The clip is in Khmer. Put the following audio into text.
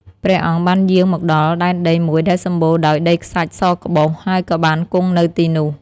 ព្រះអង្គបានយាងមកដល់ដែនដីមួយដែលសម្បូរដោយដីខ្សាច់សក្បុស ហើយក៏បានគង់នៅទីនោះ។